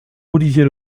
olivier